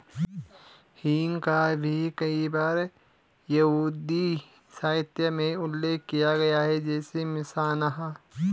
हींग का भी कई बार यहूदी साहित्य में उल्लेख किया गया है, जैसे मिशनाह